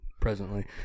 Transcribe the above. Presently